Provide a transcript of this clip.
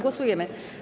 Głosujemy.